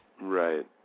Right